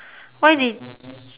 why did